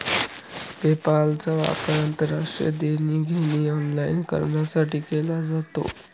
पेपालचा वापर आंतरराष्ट्रीय देणी घेणी ऑनलाइन करण्यासाठी केला जातो